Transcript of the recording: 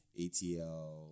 ATL